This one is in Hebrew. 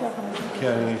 כן.